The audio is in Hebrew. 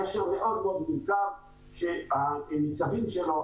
גשר מאוד מאוד מורכב שהניצבים שלו,